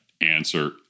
answer